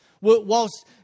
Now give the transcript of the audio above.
whilst